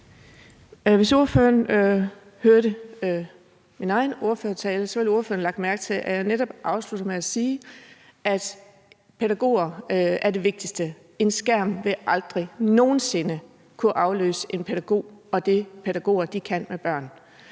Hvis ordføreren hørte min egen ordførertale, ville ordføreren have lagt mærke til, at jeg netop afsluttede med at sige, at pædagoger er det vigtigste. En skærm vil aldrig nogen sinde kunne afløse en pædagog og det, pædagoger kan med børn.